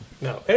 no